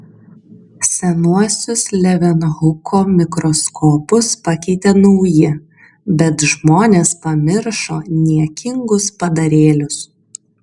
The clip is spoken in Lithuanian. senuosius levenhuko mikroskopus pakeitė nauji bet žmonės pamiršo niekingus padarėlius